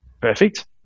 Perfect